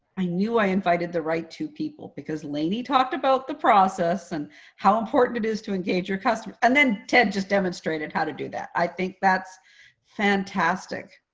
i knew i invited the right two people, because lainey talked about the process and how important it is to engage your customer, and then ted just demonstrated how to do that. i think that's fantastic.